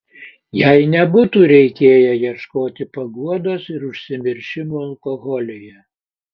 jai nebūtų reikėję ieškoti paguodos ir užsimiršimo alkoholyje